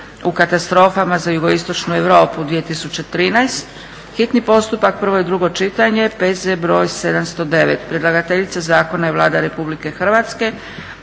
u katastrofama za jugoistočnu Europu 2013., hitni postupak, prvo i drugo čitanje, P.Z. br. 709 Predlagateljica zakona je Vlada RH. Prijedlog